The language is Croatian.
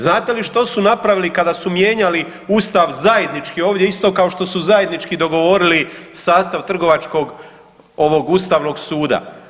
Znate li što su napravili kada su mijenjali Ustav zajednički ovdje, isto kao što su zajednički dogovorili sastav trgovačkog ovog Ustavnog suda?